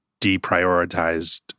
deprioritized